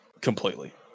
completely